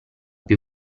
più